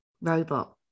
robot